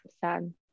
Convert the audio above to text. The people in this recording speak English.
Sad